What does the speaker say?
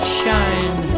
shine